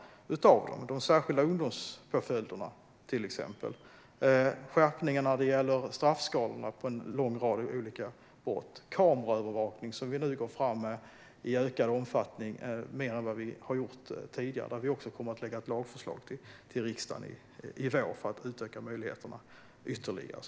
Jag tänker till exempel på de särskilda ungdomspåföljderna och på skärpningar när det gäller straffskalorna för en lång rad olika brott. Vi går nu fram med kameraövervakning i ökad omfattning. Vi kommer också att lägga fram ett lagförslag för riksdagen i vår om att utöka möjligheterna ytterligare.